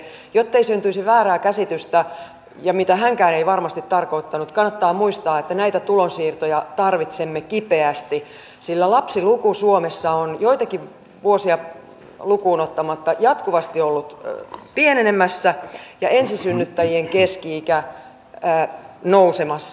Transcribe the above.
jottei syntyisi väärää käsitystä mitä hänkään ei varmasti tarkoittanut kannattaa muistaa että näitä tulonsiirtoja tarvitsemme kipeästi sillä lapsiluku suomessa on joitakin vuosia lukuun ottamatta jatkuvasti ollut pienenemässä ja ensisynnyttäjien keski ikä nousemassa